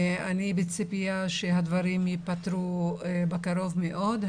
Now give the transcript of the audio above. אני בציפייה שהדברים ייפתרו בקרוב מאוד.